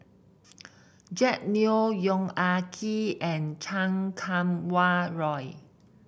Jack Neo Yong Ah Kee and Chan Kum Wah Roy